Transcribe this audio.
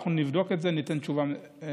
אנחנו נבדוק את זה וניתן תשובה מדויקת.